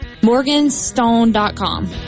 Morganstone.com